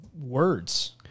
words